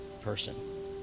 person